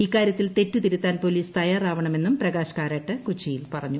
ഇക്കാര്യത്തിൽ തെറ്റു തിരുത്താൻ പോലീസ് തയ്യാറാവണമെന്നും പ്രകാശ് കാരാട്ട് കൊച്ചിയിൽ പറഞ്ഞു